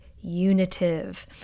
unitive